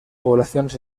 poblaciones